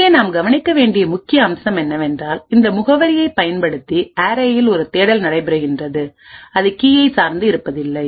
இங்கே நாம் கவனிக்க வேண்டிய முக்கிய அம்சம் என்னவென்றால் இந்த முகவரியை பயன்படுத்தி அரேயில் ஒரு தேடல் நடைபெறுகின்றது அது கீயை சார்ந்து இருப்பதில்லை